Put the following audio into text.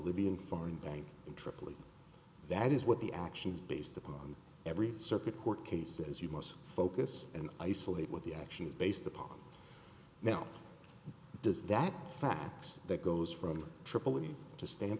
libyan foreign bank in tripoli that is what the actions based upon every circuit court cases you must focus and isolate what the action is based upon now does that fax that goes from tripoli to